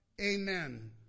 Amen